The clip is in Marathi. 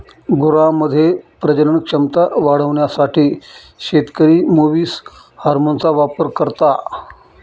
गुरांमध्ये प्रजनन क्षमता वाढवण्यासाठी शेतकरी मुवीस हार्मोनचा वापर करता